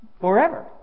forever